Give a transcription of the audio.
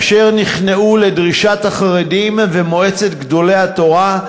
אשר נכנעו לדרישת החרדים ומועצת גדולי התורה,